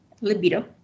libido